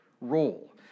role